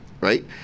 right